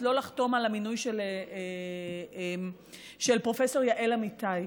לא לחתום על המינוי של פרופ' יעל אמיתי.